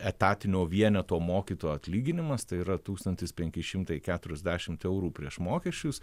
etatinio vieneto mokytojo atlyginimas tai yra tūkstantis penki šimtai keturiasdešimt eurų prieš mokesčius